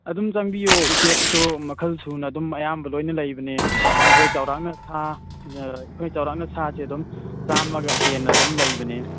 ꯑꯗꯨꯝ ꯆꯪꯕꯤꯌꯨ ꯎꯆꯦꯛꯁꯨ ꯃꯈꯜ ꯁꯨꯅ ꯑꯗꯨꯝ ꯑꯌꯥꯝꯕ ꯂꯣꯏꯅ ꯂꯩꯕꯅꯦ ꯑꯩꯈꯣꯏ ꯆꯥꯎꯔꯥꯛꯅ ꯁꯥ ꯑꯩꯈꯣꯏ ꯆꯥꯎꯔꯥꯛꯅ ꯁꯥꯁꯦ ꯑꯗꯨꯝ ꯆꯥꯃꯒ ꯍꯦꯟꯅ ꯑꯗꯨꯝ ꯂꯩꯕꯅꯦ